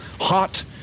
hot